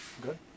Good